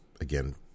again